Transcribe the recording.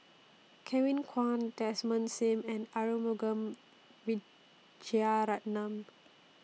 Kevin Kwan Desmond SIM and Arumugam Vijiaratnam